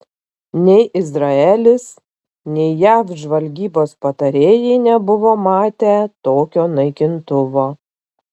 nei izraelis nei jav žvalgybos patarėjai nebuvo matę tokio naikintuvo